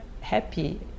happy